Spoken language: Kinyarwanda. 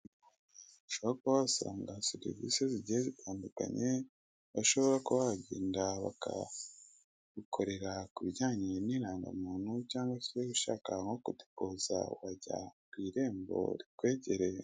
Ahantu ushobora kuba wasanga serivisi zigiye zitandukanye, ushobora kugenda bakagukorera ku bijyanye n'irangamuntu cyangwa se ushaka nko kudepoza wajya ku irembo rikwegereye.